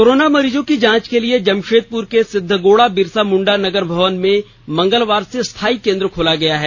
corona मरीजों की जांच के लिए जमश्रेदपुर के सिद्धगोरा बिरसा मुंडा नगर भवन में मंगलवार से स्थाई केंद्र खोला गया है